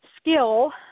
skill